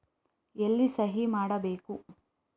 ಎಲ್ಲಿ ಸಹಿ ಮಾಡಬೇಕು?